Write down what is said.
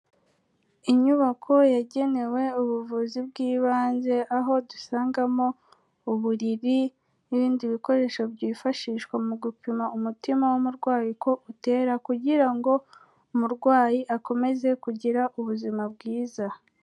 Inyubako yagenewe ubuvuzi bw'ibanze, aho dusangamo uburiri n'ibindi bikoresho byifashishwa mu gupima umutima w'umurwayi uko utera, kugira ngo umurwayi akomeze kugira ubuzima bwiza.